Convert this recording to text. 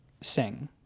sing